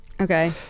Okay